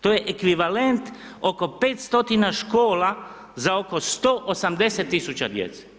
To je ekvivalent oko 500 škola za oko 180 000 djece.